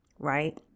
right